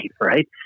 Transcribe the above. right